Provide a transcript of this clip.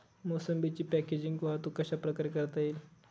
मोसंबीची पॅकेजिंग वाहतूक कशाप्रकारे करता येईल?